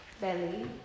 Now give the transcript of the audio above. belly